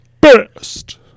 Best